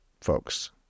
folks